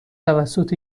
توسط